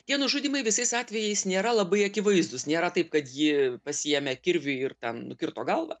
tie nužudymai visais atvejais nėra labai akivaizdūs nėra taip kad ji pasiėmė kirvį ir ten nukirto galvą